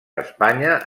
espanya